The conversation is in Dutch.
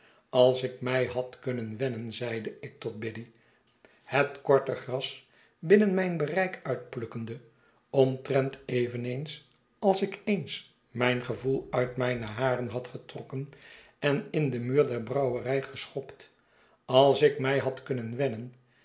als ik mij had kurmen wennen zeide ik tot biddy het korte gras binnen mijn bereik uitplukkende omtrent eveneens als ik eens mijn gevoel uit mijne haren had getrokken en in den muur der brouwerij geschopt als ik mij had kunnen wennen